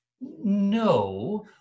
No